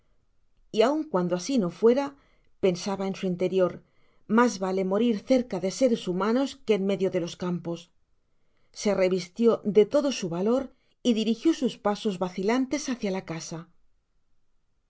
y aun cuando asi no fuera pensaba en su interior mas vale morir cerca de séres humanos que en medio de los campos se revistió de todo su valor y dirijió sus pasos vacilantes hácia la casa